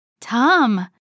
Tom